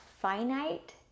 finite